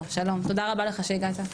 פה שלום, תודה רבה לך שהגעת.